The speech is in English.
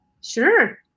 sure